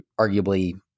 arguably